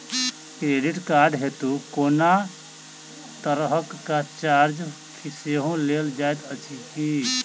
Credit card हेतु कोनो तरहक चार्ज सेहो लेल जाइत अछि की?